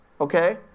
okay